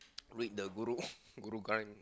read the